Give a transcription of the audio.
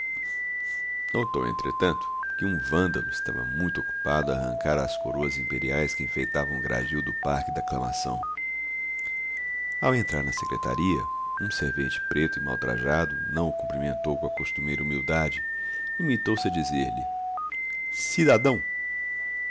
notou entretanto que um vândalo estava muito ocupado a arrancar as coroas imperiais que enfeitavam o gradil do parque da aclamação ao entrar na secretaria um servente preto e mal trajado não o cumprimentou com a costumeira humildade limitou-se a dizer-lhe cidadão